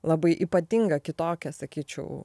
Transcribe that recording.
labai ypatingą kitokią sakyčiau